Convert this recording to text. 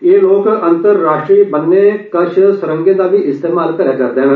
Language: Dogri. एह् लोक अंतर्राश्ट्रीय बन्ने कश सुरंगे दा बी इस्तेमाल करा'रदे न